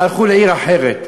הלכו לעיר אחרת.